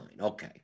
Okay